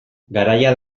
garaia